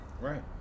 right